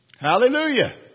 Hallelujah